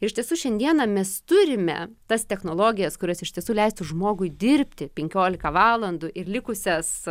iš tiesų šiandieną mes turime tas technologijas kurios iš tiesų leistų žmogui dirbti penkiolika valandų ir likusias